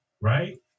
right